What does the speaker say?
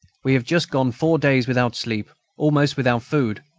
we have just gone four days without sleep, almost without food,